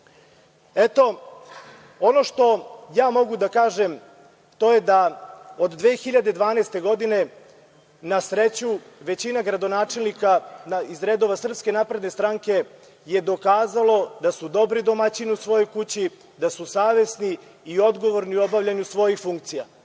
praksi. Ono što mogu da kažem to je da od 2012. godine na sreću većina gradonačelnika iz redova SNS je dokazalo da su dobri domaćini u svojoj kući, da su savesni i odgovorni u obavljanju svojih funkcija.U